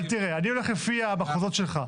אני הולך לפי המחוזות שלך.